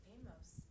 Amos